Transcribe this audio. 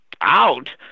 out